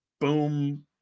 boom